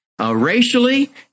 racially